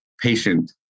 patient